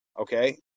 okay